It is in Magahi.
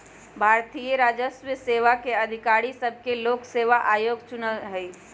भारतीय राजस्व सेवा के अधिकारि सभके लोक सेवा आयोग चुनइ छइ